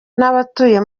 n’abatuye